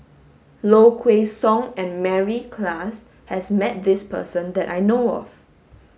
Low Kway Song and Mary Klass has met this person that I know of